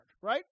right